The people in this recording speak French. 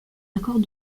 accords